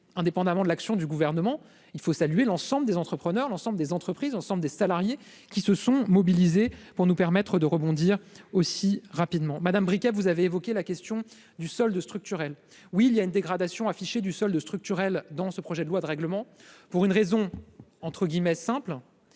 indépendamment de l'action du gouvernement, il faut saluer l'ensemble des entrepreneurs, l'ensemble des entreprises, ensemble des salariés. Qui se sont mobilisés pour nous permettre de rebondir aussi rapidement Madame briquet, vous avez évoqué la question du solde structurel, oui, il y a une dégradation affiché du solde structurel dans ce projet de loi de règlement pour une raison, entre guillemets, simple,